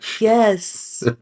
Yes